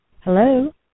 Hello